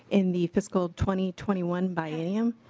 in the fiscal twenty twenty one biennium.